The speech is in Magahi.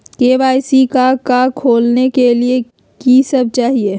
के.वाई.सी का का खोलने के लिए कि सब चाहिए?